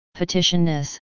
petitionness